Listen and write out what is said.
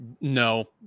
no